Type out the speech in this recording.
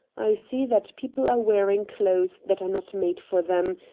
i see that people are wearing clothes that are not made for them.